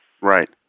Right